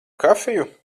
kafiju